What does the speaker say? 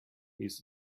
his